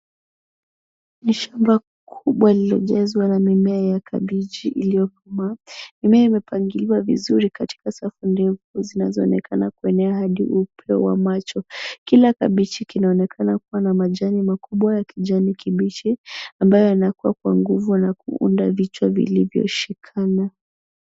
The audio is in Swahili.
Ni shamba kubwa lililojazwa na mimea ya kabichi iliyokomaa. Mimea imepangiliwa vizuri katika safu ndefu zinazoonekana kuenea hadi upeo wa macho. Kila kabichi kinaonekana kuwa na majani makubwa ya kijani kibichi ambayo yanakua kwa nguvu na kuunda vichwa vilivyoshikana.